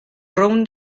rownd